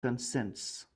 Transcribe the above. consents